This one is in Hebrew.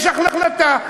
יש החלטה,